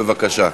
בבקשה.